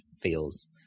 feels